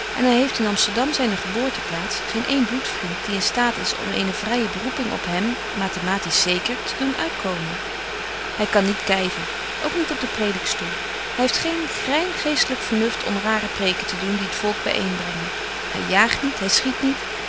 en hy heeft in amsterdam zyne geboorteplaats geen een bloedvriend die in staat is om eene vryë beroeping op hem matematisch zeker te doen uitkomen hy kan niet kyven ook niet op den predikstoel hy heeft geen grein geestelyk vernuft om rare preken te doen die t volk by een brengen hy jaagt niet hy schiet niet